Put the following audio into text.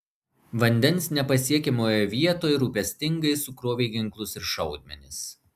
vandens nepasiekiamoje vietoj rūpestingai sukrovė ginklus ir šaudmenis